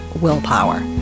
willpower